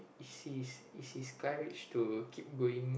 is his is his courage to keep going